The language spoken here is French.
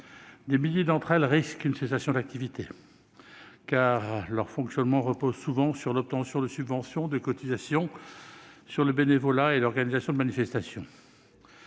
Des milliers d'entre elles risquent une cessation d'activité, car leur fonctionnement repose souvent sur l'obtention de subventions, sur la perception de cotisations, sur le bénévolat et sur l'organisation de manifestations.